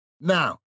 Now